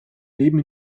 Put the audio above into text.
leben